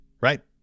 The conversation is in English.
right